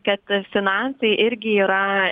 kad finansai irgi yra